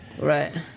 Right